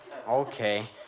Okay